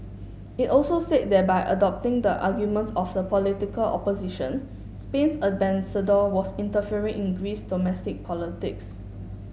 it also said that by adopting the arguments of the political opposition Spain's ambassador was interfering in Greece's domestic politics